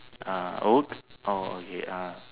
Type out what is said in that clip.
uh oh orh okay uh